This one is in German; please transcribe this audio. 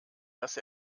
dass